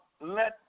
Let